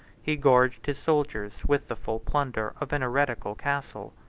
he gorged his soldiers with the full plunder of an heretical castle.